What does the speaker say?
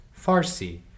Farsi